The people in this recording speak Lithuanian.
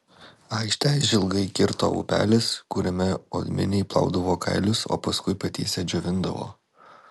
aikštę išilgai kirto upelis kuriame odminiai plaudavo kailius o paskui patiesę džiovindavo